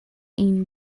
این